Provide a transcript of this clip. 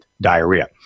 diarrhea